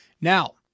Now